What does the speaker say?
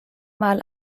mal